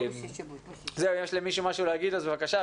אם יש למישהו להוסיף משהו, בבקשה.